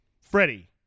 Freddie